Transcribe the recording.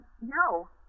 No